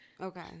okay